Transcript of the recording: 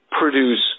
produce